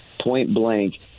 point-blank